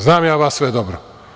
Znam ja vas sve dobro.